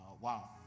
wow